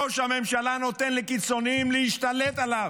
ראש הממשלה נותן לקיצוניים להשתלט עליו.